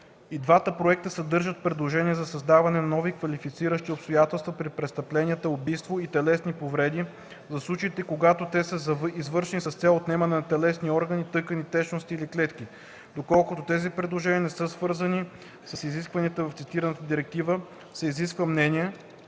двата проекта съдържат предложения за създаване на нови квалифициращи обстоятелства при престъпленията убийство и телесни повреди, за случаите когато те са извършени с цел отнемане на телесни органи, тъкани, течности или клетки. Доколкото тези предложения не са свързани с изисквания в цитираната Директива, се изказа мнение,